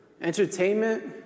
Entertainment